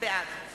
בעד